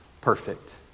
perfect